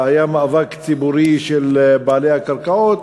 היה מאבק ציבורי של בעלי הקרקעות,